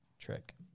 trick